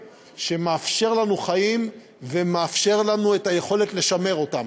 שמאפשר לנו חיים ומאפשר לנו את היכולת לשמר אותם.